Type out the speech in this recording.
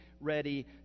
ready